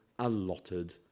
allotted